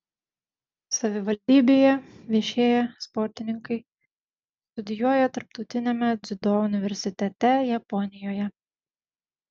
savivaldybėje viešėję sportininkai studijuoja tarptautiniame dziudo universitete japonijoje